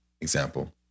example